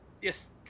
Yes